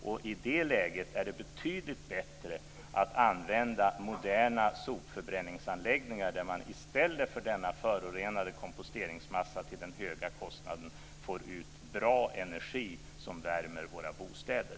Och i det läget är det betydligt bättre att använda moderna sopförbränningsanläggningar där man i stället för denna förorenade komposteringsmassa till den höga kostnaden får ut bra energi som värmer våra bostäder.